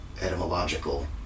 etymological